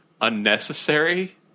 unnecessary